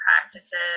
practices